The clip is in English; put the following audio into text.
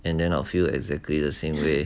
and then I will feel exactly the same way